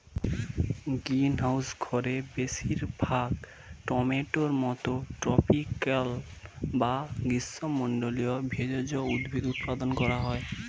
greenhouse ঘরে বেশিরভাগ টমেটোর মতো ট্রপিকাল বা গ্রীষ্মমন্ডলীয় উদ্ভিজ্জ ফল উৎপাদন করা হয়